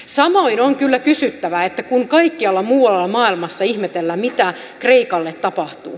samoin on kyllä kysyttävä kuten kaikkialla muualla maailmassa ihmetellään mitä kreikalle tapahtuu